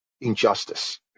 injustice